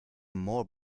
more